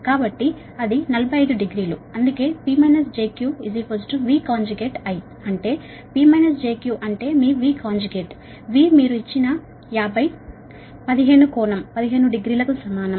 కాబట్టి అది 45 డిగ్రీలు అందుకే P jQ V I అంటే P jQ అంటే మీ V కాంజుగేట్ V మీరు ఇచ్చిన 50 1 50 కోణం 150 డిగ్రీకి సమానం